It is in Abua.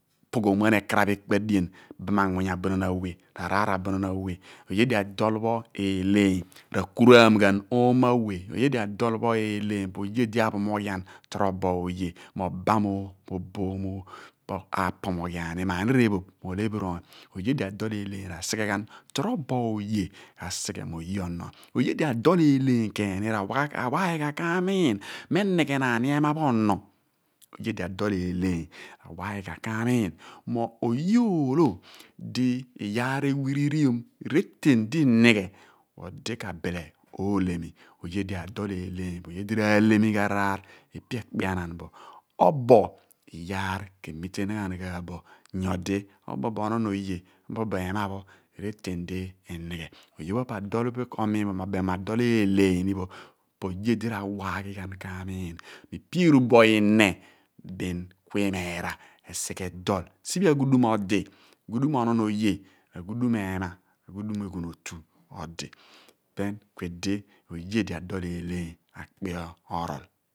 Ro/poghom ghan ekaraph ekpedien ibam anmuny abunon awe v'araar abunon awe oye di adol pho eeleenu r'akuraam oomo awe, oye lo adol pho eeleeny po oye di aphomoghian torobo oye mughumo abam abobo oboom, po apomoghian ni mo annir ephoph mo elephinoony oye di adol eeleery r'asighebghan torobo oye kasighe mo oye ono oye di adol eeleeny keeni r'awaghi ahan k'aamiin mo enghennan ni ehma pho ono oye lo afol eeleeny ra waghi ghan ka amiin mo oye oolo di iyaar ewirikiom keten di i/nighe di odi kabile oolemi oye di adol eeleeeny po oye di v'aalemi ghan ipe ekpeanaan bo obo iyaar k' emite naan bo nyodi obobo onon oye obobo ehma pho reten di / nighe oye pho po adol eeleeny bo po oye di rawaghi ghan k'aamiin mo ipe eru bo ihne bim ku iimeera esighe dol siphe aghudum odi ghudum onon oye, ghudum ehma r'aghudum eghunotu odi bin ku idi oye lo adol eeleeny akpe arol.